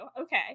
Okay